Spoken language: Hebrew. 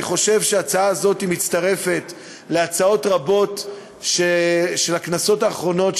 אני חושב שההצעה הזאת מצטרפת להצעות רבות של הכנסות האחרונות,